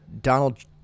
Donald